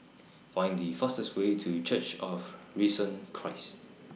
Find The fastest Way to Church of The Risen Christ